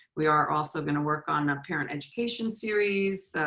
we are also gonna work on our parent education series.